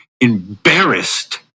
embarrassed